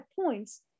points